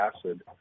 acid